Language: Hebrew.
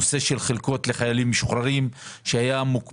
נושא של חלקות לחיילים משוחררים שכמעט